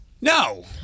No